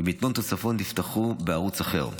ומיטות נוספות נפתחו בערוץ אחר.